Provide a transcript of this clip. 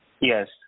Yes